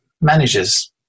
managers